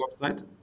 website